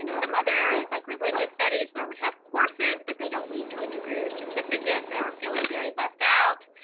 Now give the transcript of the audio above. you know some other areas like religious studies where we have courses, but they don't lead to a degree or certificate, they're feeling very left out.